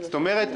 זאת אומרת,